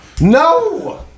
No